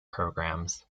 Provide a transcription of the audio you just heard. programs